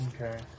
Okay